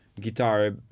guitar